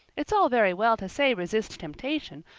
it's all very well to say resist temptation,